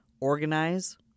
Organize